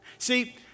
See